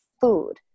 food